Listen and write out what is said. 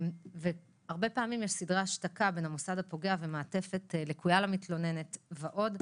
הרבה פעמים יש סדרי השתקה בין המוסד הפוגע ומעטפת לקויה למתלוננת ועוד.